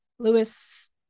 Lewis